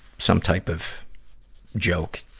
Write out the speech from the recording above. some type of joke.